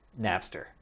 Napster